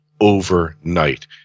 overnight